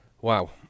Wow